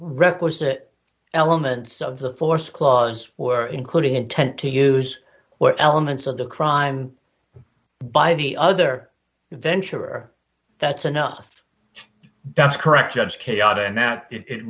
requisite elements of the force clause included intent to use what elements of the crime by the other venture that's enough that's correct judge chaotic and that it